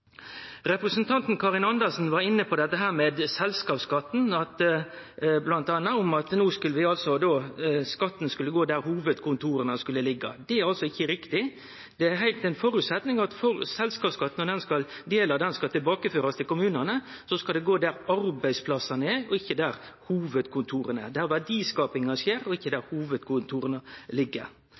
Representanten Karin Andersen var m.a. inne på selskapsskatten, at skatten skulle gå der hovudkontora skulle liggje. Det er ikkje riktig. Det er ein føresetnad at delar av selskapsskatten skal bli ført tilbake til kommunane, og så skal det gå der arbeidsplassane er, ikkje der hovudkontora er – der verdiskapinga skjer, og ikkje der hovudkontora ligg.